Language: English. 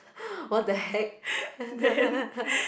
what the heck